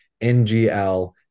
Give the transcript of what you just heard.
NGL